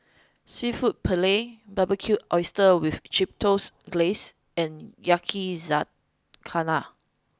Seafood Paella Barbecued Oysters with Chipotle Glaze and Yakizakana